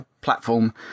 platform